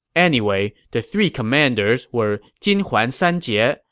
anyway, the three commanders were jinhuan sanjie, ah